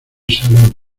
salud